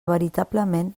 veritablement